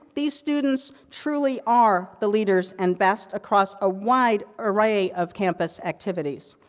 these students truly are the leaders and vast across a wide array of campus activities.